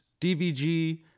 dvg